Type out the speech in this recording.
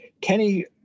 Kenny